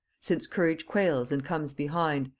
since courage quails and comes behind,